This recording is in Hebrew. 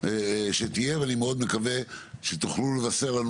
שתהיה ואני מאוד מקווה שתוכלו לבשר לנו